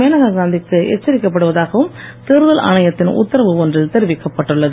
மேனகா காந்திக்கு எச்சரிக்கப்படுவதாகவும் தேர்தல் ஆணையத்தின் உத்தரவு ஒன்றில் தெரிவிக்கப்பட்டுள்ளது